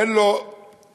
אין בו תועלת,